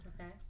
Okay